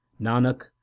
nanak